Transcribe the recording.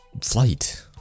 flight